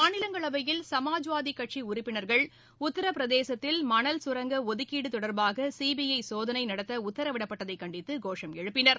மாநிலங்களவையில் சமாஜ்வாதி கட்சி உறுப்பினர்கள் உத்தரபிரதேசத்தில் மணல் கரங்க ஒதுக்கீடு தொடர்பாக சிபிஐ சோதனை நடத்த உத்தரவிடப்பட்டதை கண்டித்து கோஷம் எழுப்பினர்